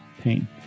pain